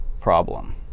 problem